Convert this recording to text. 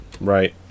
Right